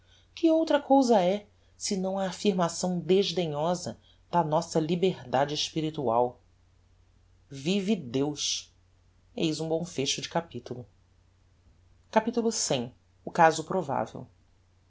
que outra cousa é senão a affirmação desdenhosa da nossa liberdade espiritual vive deus eis um bom fecho de capitulo capitulo c o caso provavel